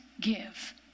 give